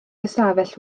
ystafell